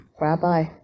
Rabbi